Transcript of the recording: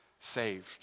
saved